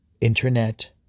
internet